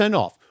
off